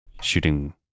shooting